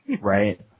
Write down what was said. Right